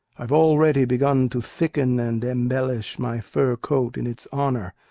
i've already begun to thicken and embellish my fur-coat in its honor,